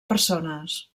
persones